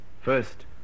First